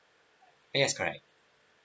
yes correct